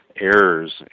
errors